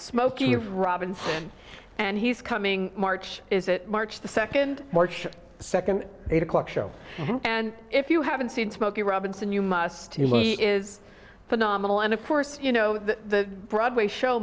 smokey robinson and he's coming march is that march the second march second eight o'clock show and if you haven't seen smokey robinson you must is phenomenal and of course you know the broadway show